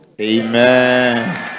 Amen